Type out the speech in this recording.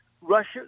Russia